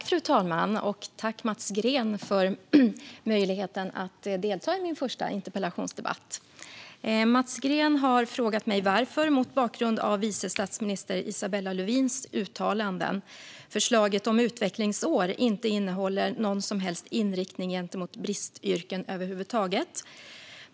Fru talman! Jag vill tacka Mats Green för möjligheten att delta i min första interpellationsdebatt. Mats Green har, mot bakgrund av vice statsminister Isabella Lövins uttalanden, frågat mig varför förslaget om utvecklingsår inte innehåller någon som helst inriktning gentemot bristyrken.